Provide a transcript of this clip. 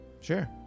Sure